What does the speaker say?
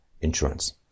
insurance